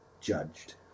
Judged